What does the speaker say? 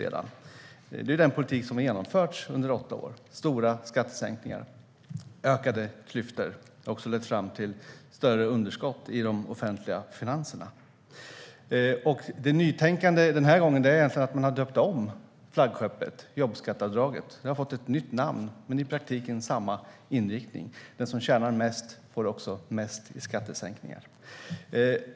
Det är nämligen den politik som har genomförts under åtta år, med stora skattesänkningar och ökade klyftor, och den har också lett till större underskott i de offentliga finanserna. Nytänkandet denna gång består egentligen i att man har döpt om flaggskeppet jobbskatteavdrag. Det har fått ett nytt namn men har i praktiken samma inriktning: Den som tjänar mest får också mest i skattesänkning.